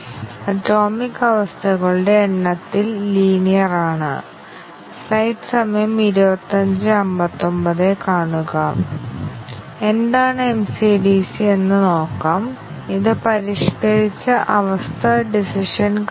നിർഭാഗ്യവശാൽ ഒരു എക്സ്പ്രഷനിലെ ഘടകങ്ങളുടെ എണ്ണം വളരെയധികം ടെസ്റ്റ് കേസുകൾ ആവശ്യമായി വരുമ്പോൾ അത്തരം പ്രയോഗങ്ങൾ പല ആപ്ലിക്കേഷനുകളിലും സംഭവിക്കുന്നു ഉദാഹരണത്തിന് ഉൾച്ചേർത്ത നിയന്ത്രണ ആപ്ലിക്കേഷനുകൾ